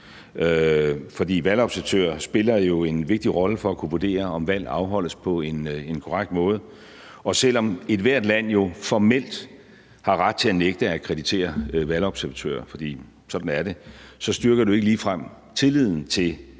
For valgobservatører spiller jo en vigtig rolle for at kunne vurdere, om valg afholdes på en korrekt måde, og selv om ethvert land formelt har ret til at nægte at akkreditere valgobservatører – for sådan er det – styrker det jo ikke ligefrem tilliden til den